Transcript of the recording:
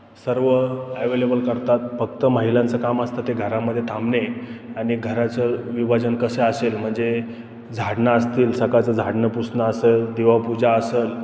सर्व ॲवेलेबल करतात फक्त महिलांचं काम असतं ते घरामध्ये थांबणे आणि घराचं विभाजन कसं असेल म्हणजे झाडणं असतील सकाळचं झाडणं पुसणं असेल दिवापूजा असेल